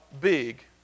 big